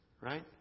Right